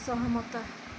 ସହମତ